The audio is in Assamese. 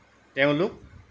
তেওঁলোক